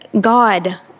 God